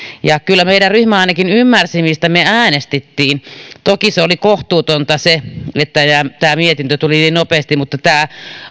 kyllä meidän ryhmämme ainakin ymmärsi mistä me äänestimme toki se oli kohtuutonta että tämä mietintö tuli niin nopeasti mutta tämä